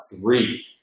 three